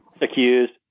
accused